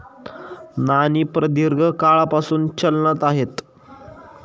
नाणी प्रदीर्घ काळापासून चलनात आहेत